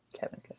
Kevin